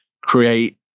create